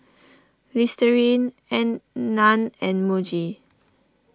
Listerine Nan and Muji